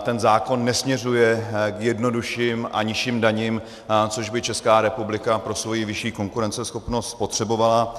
Ten zákon nesměřuje k jednodušším a nižším daním, což by Česká republika pro svoji vyšší konkurenceschopnost potřebovala.